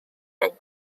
and